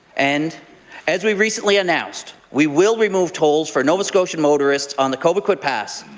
and as we recently announced, we will remove tolls for nova scotian motorists on the quoboquit pass.